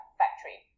factory